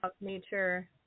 Nature